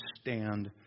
stand